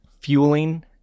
fueling